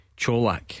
Cholak